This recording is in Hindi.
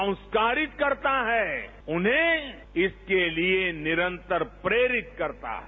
संस्कारित करता है उन्हें इसके लिए निरंतर प्रेरित करता है